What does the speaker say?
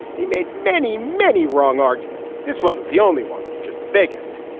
they made many, many wrong arguments this wasn't the only one, just the biggest.